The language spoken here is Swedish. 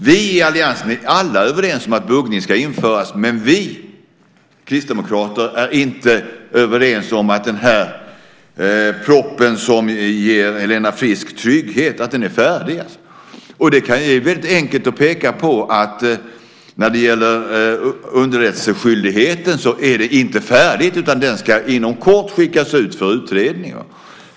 Vi i alliansen är överens om att buggning ska införas, men vi kristdemokrater är inte överens om att den proposition som ger Helena Frisk trygghet är färdig. Det är enkelt att peka på att det inte är färdigt när det gäller underrättelseskyldigheten. Det ska inom kort skickas ut för utredning.